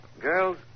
Girls